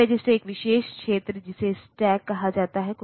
फिर एक और लाइन है जो है